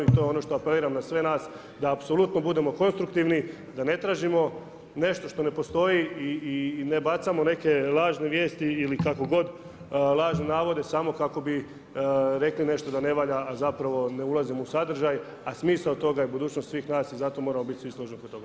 I to je ono što apeliram na sve nas da apsolutno budemo konstruktivni da ne tražimo nešto što ne postoji i ne bacamo neke lažne vijesti ili kako god lažne navode samo da kako bi rekli nešto da ne valja a zapravo ne ulazimo u sadržaj a smisao toga je budućnost svih nas i zato moramo biti svi složni oko toga.